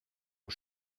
aux